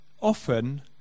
Often